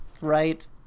Right